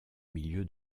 milieu